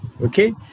Okay